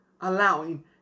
Allowing